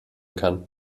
kann